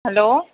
hello